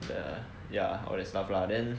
the ya all that stuff lah then